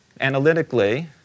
analytically